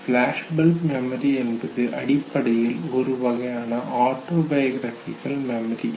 flashbulb memory என்பது அடிப்படையில் ஒரு வகையான ஆட்டோபயோகிராபிகல் மெமரி